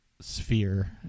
sphere